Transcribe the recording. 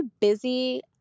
busy